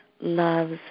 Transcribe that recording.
loves